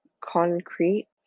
concrete